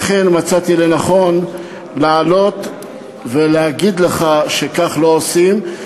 לכן מצאתי לנכון לעלות ולהגיד לך שכך לא עושים.